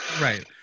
Right